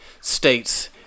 states